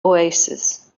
oasis